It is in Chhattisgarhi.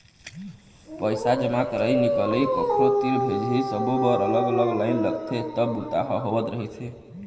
पइसा जमा करई, निकलई, कखरो तीर भेजई सब्बो बर अलग अलग लाईन लगथे तब बूता ह होवत रहिस हे